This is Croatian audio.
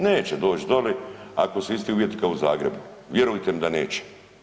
Neće doći doli ako su isti uvjeti kao u Zagrebu, vjerujte da neće.